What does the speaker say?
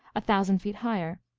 a thousand feet higher.